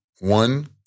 One